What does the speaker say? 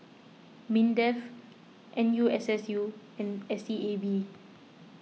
Mindef N U S S U and S E A B